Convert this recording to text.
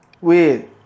Wait